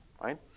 right